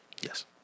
Yes